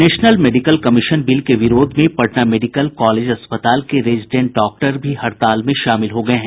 national medical commission bill के विरोध में पटना मेडिकल कॉलेज अस्पताल के रेजिडेंट डॉक्टर भी हड़ताल में शामिल हो गये हैं